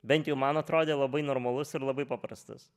bent jau man atrodė labai normalus ir labai paprastas